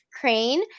crane